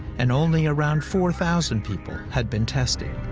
and only around four thousand people had been tested.